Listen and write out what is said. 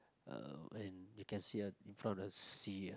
uh and you can see ah in front of the sea